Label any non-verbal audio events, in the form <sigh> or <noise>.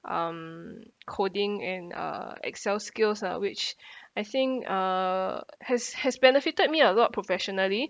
um coding and uh excel skills lah which <breath> I think uh has has benefited me a lot professionally